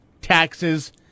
taxes